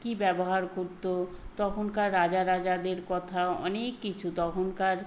কী ব্যবহার করত তখনকার রাজা রাজাদের কথা অনেক কিছু তখনকার